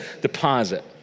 deposit